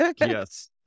Yes